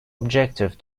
objective